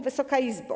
Wysoka Izbo!